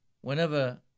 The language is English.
whenever